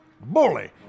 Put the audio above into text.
bully